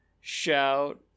Shout